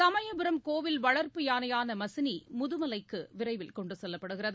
சமயபுரம் கோவில் வளர்ப்பு யானையான மசினி முதுமலைக்கு விரைவில் கொண்டு செல்லப்படுகிறது